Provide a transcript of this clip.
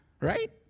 right